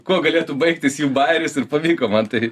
kuo galėtų baigtis jų bairis ir pavyko man tai